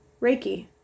reiki